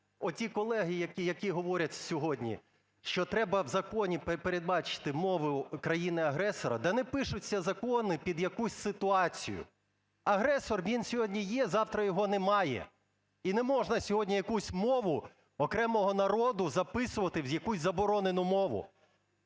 оті колеги, які говорять сьогодні, що треба в законі передбачити мову країни-агресора, да не пишуться закони під якусь ситуацію. Агресор він сьогодні є, завтра його немає. І не можна сьогодні якусь мову окремого народу записувати в якусь заборонену мову.